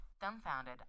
Dumbfounded